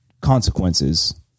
consequences